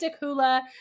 hula